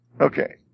Okay